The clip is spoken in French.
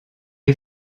est